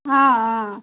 অঁ অঁ